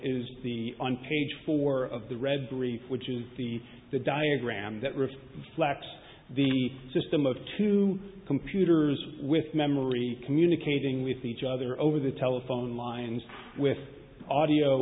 is the on page four of the read brief which is the the diagram that rips lacks the system of two computers with memory communicating with each other over the telephone lines with audio